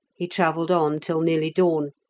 he travelled on till nearly dawn,